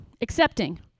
accepting